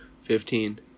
Fifteen